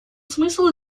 смысл